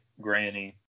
Granny